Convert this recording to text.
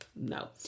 no